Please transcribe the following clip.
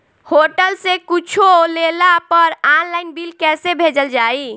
Hotel से कुच्छो लेला पर आनलाइन बिल कैसे भेजल जाइ?